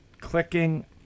clicking